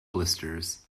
blisters